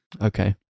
Okay